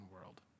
world